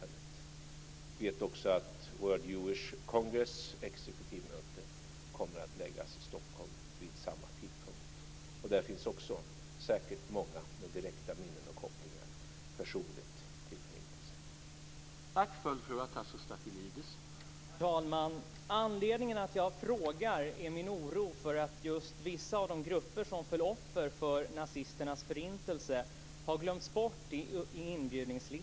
Jag vet också att World Jewish Congress exekutivmöte kommer att läggas i Stockholm vid samma tidpunkt. Där finns säkert också många med direkta minnen och personliga kopplingar till